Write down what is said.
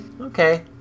okay